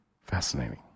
Fascinating